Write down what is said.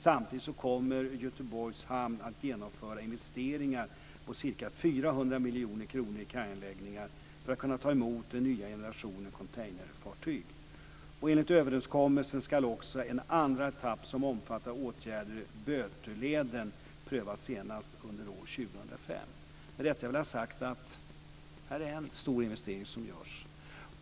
Samtidigt kommer Göteborgs hamn att genomföra investeringar på ca 400 miljoner kronor i kajanläggningar för att kunna ta emot den nya generationen containerfartyg. Enligt överenskommelsen ska också en andra etapp som omfattar åtgärder i Böttöleden prövas senast under år Detta är en stor investering som görs.